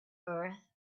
earth